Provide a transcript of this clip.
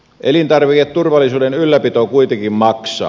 elintarviketurvallisuuden ylläpito kuitenkin maksaa